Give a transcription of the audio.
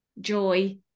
joy